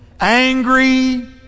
angry